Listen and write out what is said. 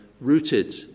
rooted